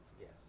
Yes